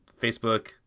Facebook